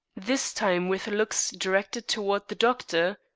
this time with looks directed toward the doctor.